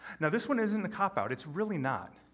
now, this one isn't a cop out it's really not.